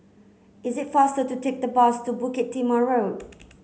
is it faster to take the bus to Bukit Timah Road